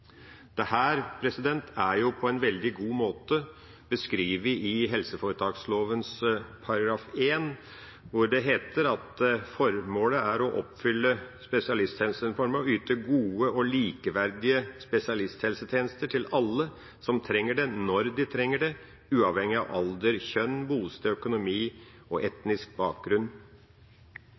er på en veldig god måte beskrevet i helseforetaksloven § 1, hvor det heter at formålet er å oppfylle spesialisthelsetjenesteloven og «yte gode og likeverdige spesialisthelsetjenester til alle som trenger det når de trenger det, uavhengig av alder, kjønn, bosted, økonomi og etnisk bakgrunn».